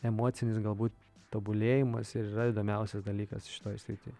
emocinis galbūt tobulėjimas ir yra įdomiausias dalykas šitoj srity